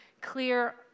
clear